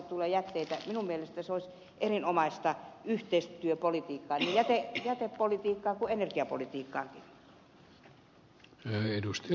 minun mielestäni se olisi erinomaista yhteistyöpolitiikkaa niin jätepolitiikkaa kuin energiapolitiikkaakin